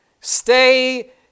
Stay